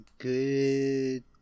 good